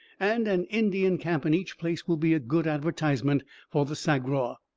and an indian camp in each place will be a good advertisement for the sagraw.